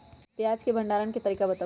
प्याज के भंडारण के तरीका बताऊ?